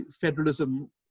federalism